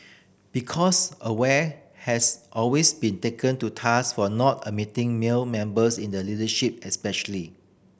because Aware has always been taken to task for not admitting male members in the leadership especially